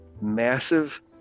massive